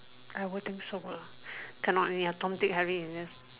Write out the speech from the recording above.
I won't think so ah cannot I need a Tom Dick Harry in this